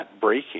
breaking